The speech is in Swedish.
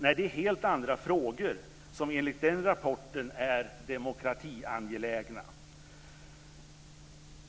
Nej, det är helt andra frågor som enligt denna rapport är demokratiangelägna.